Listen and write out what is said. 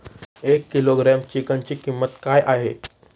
एक किलोग्रॅम चिकनची किंमत काय आहे?